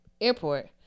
airport